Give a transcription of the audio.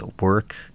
work